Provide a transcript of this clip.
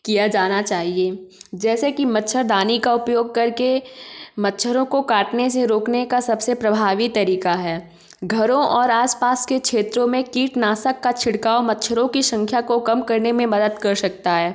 किया जाना चाहिए जैसे कि मच्छरदानी का उपयोग करके मच्छरों को काटने से रोकने का सबसे प्रभावी तरीका है घरों और आस पास के क्षेत्रों में कीटनाशक का छिड़काव मच्छरों की संख्या को कम करने में मदद कर शकता है